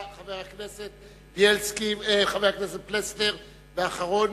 חבר הכנסת בילסקי, אה, חבר הכנסת פלסנר, ואחרון,